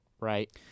Right